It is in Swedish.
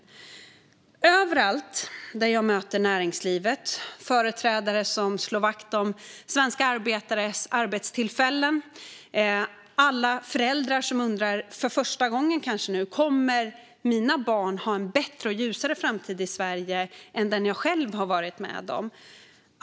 Apropå att verkligheten spökar, och jag välkomnar alltid verkligheten, möter jag näringslivet, företrädare som slår vakt om svenska arbetares arbetstillfällen och föräldrar som undrar, kanske för första gången, om deras barn kommer att ha en bättre och ljusare framtid i Sverige än deras egen en gång.